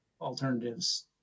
alternatives